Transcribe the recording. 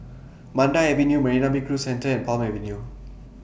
Mandai Avenue Marina Bay Cruise Centre and Palm Avenue